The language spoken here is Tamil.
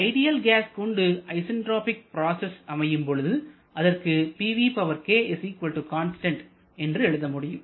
ஐடியல் கேஸ் கொண்டு ஐசன்ட்ராபிக் ப்ராசஸ் அமையும் பொழுது அதற்கு என்று எழுத முடியும்